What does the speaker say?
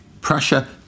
Prussia